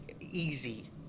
easy